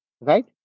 right